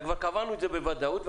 קבענו את זה בוודאות.